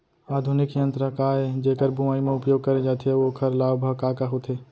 आधुनिक यंत्र का ए जेकर बुवाई म उपयोग करे जाथे अऊ ओखर लाभ ह का का होथे?